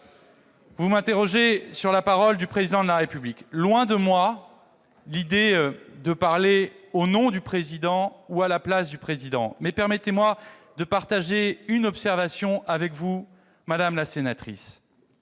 Vous m'interrogez sur la parole du Président de la République. Loin de moi l'idée de parler au nom du Président ou à sa place. Mais permettez-moi de partager une observation avec vous, madame la sénatrice.